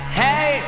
hey